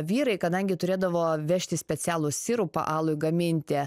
vyrai kadangi turėdavo vežti specialų sirupą alui gaminti